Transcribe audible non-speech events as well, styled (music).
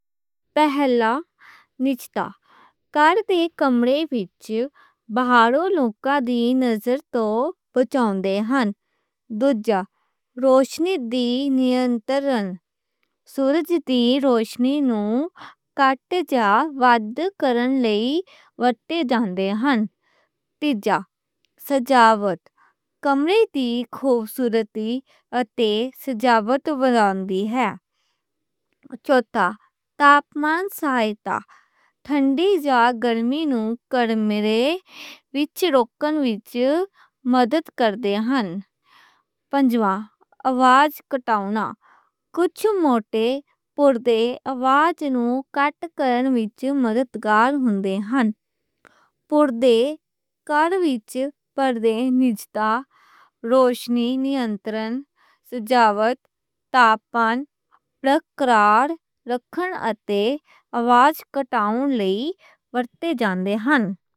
پہلا، نِجتا، کار دے کمرے وچ باہرولوں لوکاں دی نظر توں بچاؤندے ہن۔ دوجا، روشنی دا نیانترن، سورج دی روشنی نوں گھٹ جاں ودھ کرنے لئی ورتے جاندے ہن۔ تیجا، سجاوٹ، کمرے دی خوبصورتی اتے سجاوٹ ودھاؤندے ہن۔ چوتھا، تاپمان سہِتا، ٹھنڈی جاں گرمی نوں کمرے وچ روکਣ وچ مدد کردے ہن۔ پنجواں، آوازاں نوں گھٹا کے رکھنا، کجھ موٹے پردے آواز نوں گھٹ کرنے وچ مددگار ہندے ہن۔ پردے کار وچ پردے نِجتا، (hesitation) روشنی دا نیانترن، سجاوٹ، تاپمان سہِتا، پرکار رکھنا اتے آوازاں نوں گھٹا کے رکھنے لئی ورتے جاندے ہن۔